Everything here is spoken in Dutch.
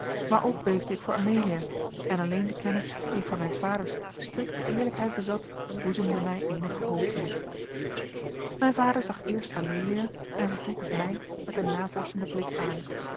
maar ook beefde ik voor amelia en alleen de kennis die ik van mijns vaders strikte eerlijkheid bezat boezemde mij eenige hoop in mijn vader zag eerst amelia en vervolgens mij met een navorschenden blik aan